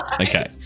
Okay